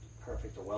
perfect